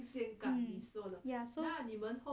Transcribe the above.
mm ya so